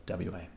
WA